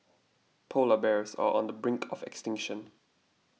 Polar Bears are on the brink of extinction